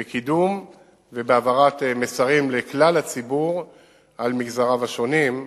בקידום ובהעברת מסרים לכלל הציבור על מגזריו השונים.